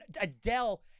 Adele